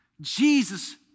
Jesus